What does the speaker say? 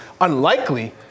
unlikely